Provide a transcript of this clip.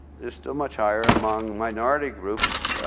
is still much higher among minority groups.